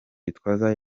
gitwaza